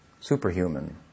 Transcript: superhuman